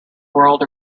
world